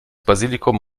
basilikum